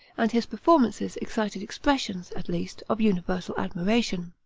and his performances excited expressions, at least, of universal admiration.